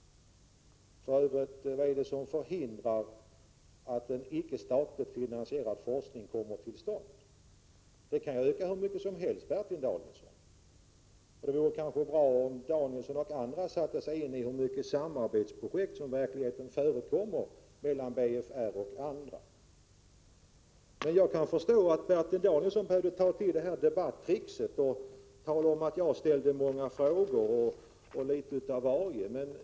Vad är det som hindrar att en icke statligt finansierad forskning kommer till stånd? En sådan forskning kan öka hur mycket som helst, Bertil Danielsson. Det vore bra om Bertil Danielsson och andra tog reda på hur många samarbetsprojekt som i verkligheten bedrivs av BFR m.fl. Jag kan förstå att Bertil Danielsson måste ta till detta debattrick och säga att jag ställde många frågor.